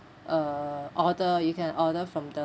uh order you can order from the